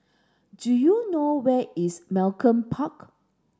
do you know where is Malcolm Park